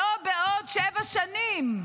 לא בעוד שבע שנים.